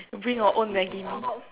bring your own Maggie Mee